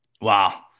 Wow